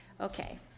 Okay